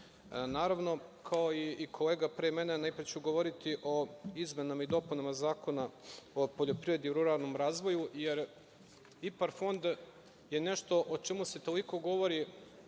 agrar. Naravno, kao i kolega pre mene, a najpre ću govoriti o izmenama i dopunama Zakona o poljoprivredi u ruralnom razvoju, jer IPARD fond je nešto o čemu se toliko govori